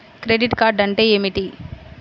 Credit card అంటే ఏమిటి?